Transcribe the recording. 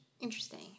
Interesting